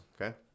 Okay